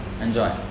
enjoy